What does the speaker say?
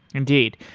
indeed.